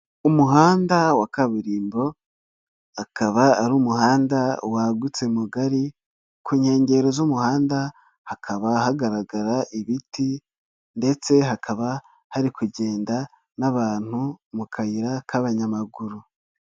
Umuhanda wa kaburimbo akaba ari umuhanda wagutse mugari, ku nkengero z'umuhanda hakaba hagaragara ibiti ndetse hakaba hari kugenda n'abantu mu kayira k'abanyamaguru.